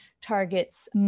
targets